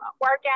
workout